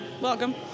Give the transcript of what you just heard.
Welcome